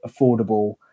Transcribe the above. affordable